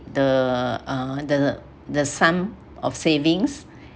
the uh the the sum of savings